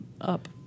up